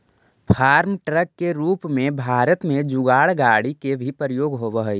farm truck के रूप में भारत में जुगाड़ गाड़ि के भी प्रयोग होवऽ हई